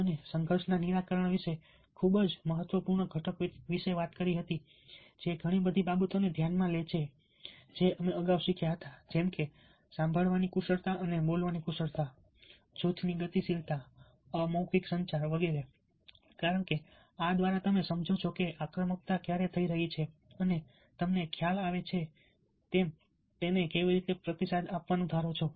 અમે સંઘર્ષના નિરાકરણ વિશે ખૂબ ખૂબ જ મહત્વપૂર્ણ ઘટક વિશે વાત કરી હતી જે ઘણી બધી બાબતોને ધ્યાનમાં લે છે જે અમે અગાઉ શીખ્યા હતા જેમ કે સાંભળવાની કુશળતા અને બોલવાની કુશળતા જૂથ ગતિશીલતા અમૌખિક સંચાર કારણ કે આ દ્વારા તમે સમજો છો કે આક્રમકતા ક્યારે થઈ રહી છે અને તમને ખ્યાલ આવે છે તમે તેને કેવી રીતે પ્રતિસાદ આપવાનું ધારો છો